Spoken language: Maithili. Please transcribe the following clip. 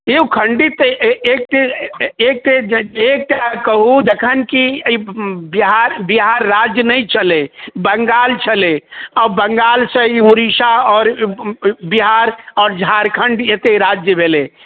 औ खण्डित एके एकटा कहू जखन कि ई बिहार बिहार राज्य नहि छलै बङ्गाल छलै आओर बङ्गालसँ ई उड़ीसा आओर बिहार आओर झारखण्ड एतेक राज्य भेलै